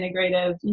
integrative